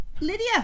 Lydia